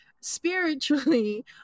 spiritually